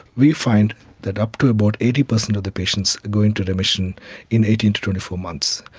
we find that up to about eighty percent of the patients go into remission in eighteen to twenty four months.